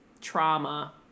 trauma